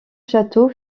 châteaux